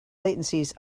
latencies